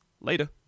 Later